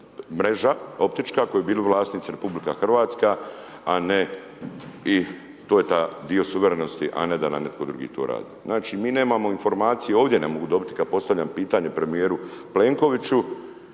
mreža optička koji bi bili vlasnici RH, a ne i to je ta dio suverenosti, a ne da nam netko drugi to radi. Znači, mi nemamo informaciju, ovdje ne mogu dobiti kada postavljam pitanje premijeru Plenkoviću.